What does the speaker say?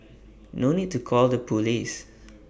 no need to call the Police